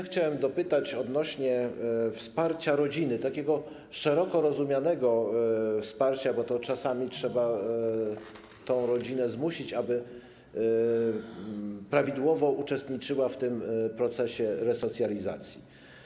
Chciałem dopytać odnośnie do wsparcia rodziny, takiego szeroko rozumianego wsparcia, bo czasami trzeba tę rodzinę zmusić do tego, aby prawidłowo uczestniczyła w procesie resocjalizacji.